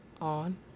on